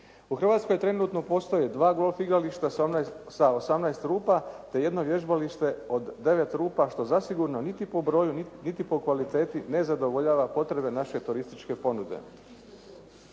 U Hrvatskoj trenutno postoje dva golf igrališta sa 18 rupa te jedno vježbalište od 9 rupa što zasigurno niti po broju niti po kvaliteti ne zadovoljava potrebe naše turističke ponude.